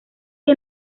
que